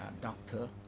doctor